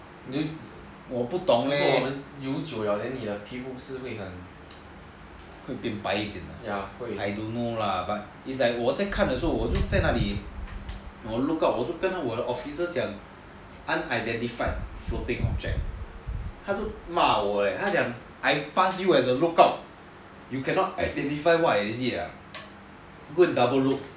um 我不懂 leh 游久了你的屁股也会变白一点 I don't know lah it's just 我在看的时候我在那里我 look out 我就跟我的 officer 讲 unidentified floating 他就骂我 leh 他讲 I pass you as a lookout you can't identify what is it ah go and double look